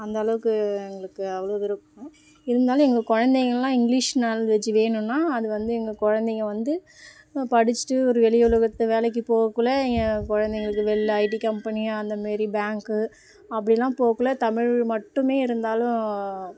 அந்த அளவுக்கு எங்களுக்கு அவ்வளோ விருப்பம் இருந்தாலும் எங்கள் குழந்தைங்கள்லாம் இங்கிலீஷ் நாலேஜ் வேணுன்னால் அது வந்து எங்கள் குழந்தைங்க வந்து படிச்சுவிட்டு ஒரு வெளியுலகத்தில் வேலைக்குப் போகக்குள்ளே என் குழந்தைங்களுக்கு வெளியில் ஐடி கம்பெனி அந்த மாரி பேங்க்கு அப்படிலாம் போகக்குள்ள தமிழ் மட்டுமே இருந்தாலும்